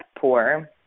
poor